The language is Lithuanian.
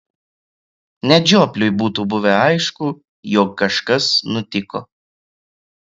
net žiopliui būtų buvę aišku jog kažkas nutiko